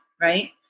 Right